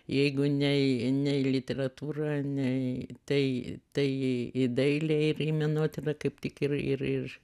jeigu ne į ne į literatūrą ne į tai tai į dailę ir į menotyrą kaip tik ir ir ir